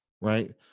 right